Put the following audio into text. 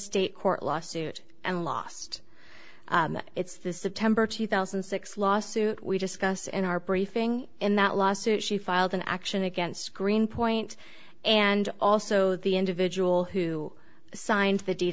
state court lawsuit and lost its the september two thousand and six lawsuit we discuss in our briefing in that lawsuit she filed an action against green point and also the individual who signed the d